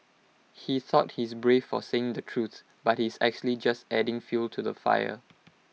he thought he's brave for saying the truth but he's actually just adding fuel to the fire